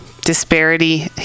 disparity